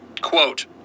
quote